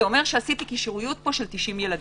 זה אומר שעשיתי קישוריות של 90 ילדים.